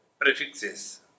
prefixes